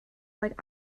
like